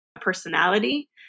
personality